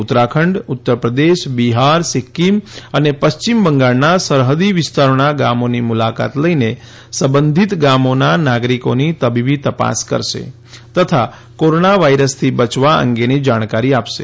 ઉત્તરાખંડ ઉત્તરપ્રદેશ બિહાર સિક્કીમ અને પશ્ચિમ બંગાળના સરહદી વિસ્તારોના ગામોની મુલાકાત લઈને સંબંધીત ગામોના નાગરિકોની તબીબી તપાસ કરશે તથા કોરોના વાયરસથી બચવા અંગેની જાણકારી આપશે